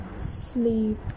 sleep